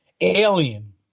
Alien